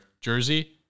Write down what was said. jersey